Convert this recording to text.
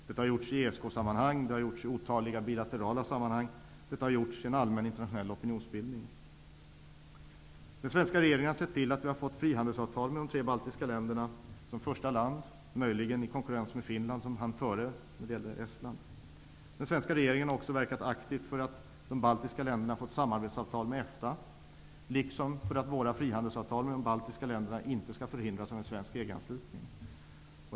Detta har gjorts i ESK-sammanhang, det har gjorts i otaliga bilaterala sammanhang, det har gjorts i en allmän internationell opinionsbildning. Den svenska regeringen har sett till att vi har fått frihandelsavtal med de tre baltiska länderna, som första land -- möjligen i konkurrens med Finland som hann före när det gällde Estland. Den svenska regeringen har också verkat aktivt för att de baltiska länderna har fått samarbetsavtal med EFTA, liksom för att våra frihandelsavtal med de baltiska länderna inte skall förhindras av en svensk EG-anslutning.